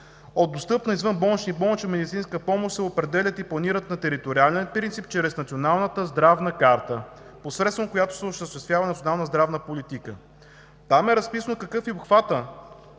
от достъпна извънболнична и болнична медицинска помощ се определят и планират на териториален принцип чрез Националната здравна карта, посредством която се осъществява национална здравна политика. Там е разписано и какъв е обхватът.